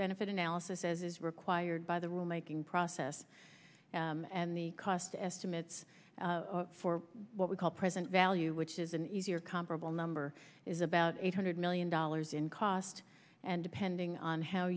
benefit analysis as is required by the rule making process and the cost estimates for what we call present value which is an easy or comparable number is about eight hundred million dollars in cost and depending on how